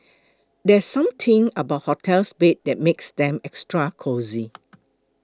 there's something about hotel beds that makes them extra cosy